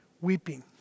weeping